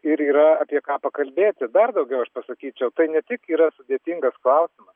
ir yra apie ką pakalbėti dar daugiau aš pasakyčiau tai ne tik yra sudėtingas klausimas